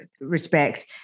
respect